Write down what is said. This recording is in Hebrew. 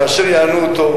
כאשר יענו אותו,